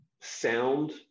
sound